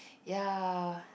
ya